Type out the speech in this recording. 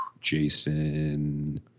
Jason